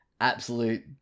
absolute